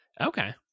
Okay